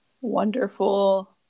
wonderful